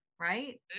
Right